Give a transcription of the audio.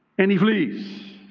and he flees.